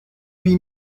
huit